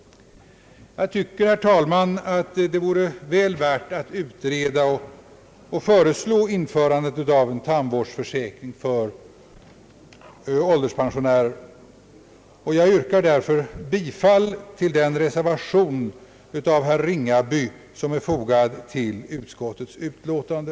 Jag tycker, herr talman, att det vore väl värt att utreda och föreslå införandet av en tandvårdsförsäkring för ålderspensionärer. Jag yrkar därför bifall till den reservation av herr Ringaby som är fogad till utskottets utlåtande.